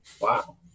Wow